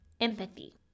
empathy